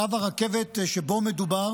קו הרכבת שבו מדובר